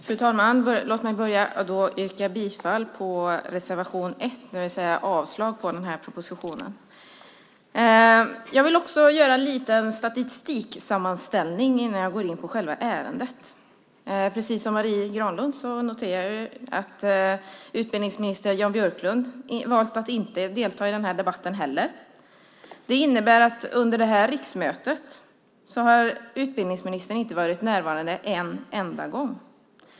Fru talman! Låt mig börja med att yrka bifall till reservation 1 och avslag på propositionen. Jag vill också ge en liten statistiksammanställning innan jag går in på själva ärendet. Precis som Marie Granlund noterar även jag att utbildningsminister Jan Björklund valt att inte delta i den här debatten. Det innebär att utbildningsministern under detta riksmöte inte varit närvarande en enda gång.